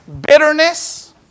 bitterness